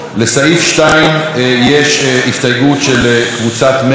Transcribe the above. לסעיף 2 יש הסתייגות של קבוצת מרצ.